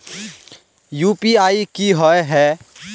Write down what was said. UPI की होय है?